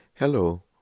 Hello